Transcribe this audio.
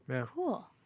Cool